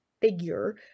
figure